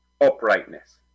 uprightness